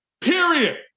Period